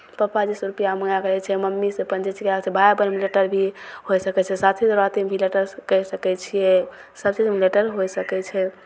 पप्पाजीसे रुपैआ माँगैके रहै छै मम्मीसे अपन जे छिकै से भाइ बहिनमे लेटर भी होइ सकै छै साथी सोराथीमे भी लेटरसे करि सकै छिए सबचीजमे लेटर होइ सकै छै